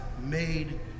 made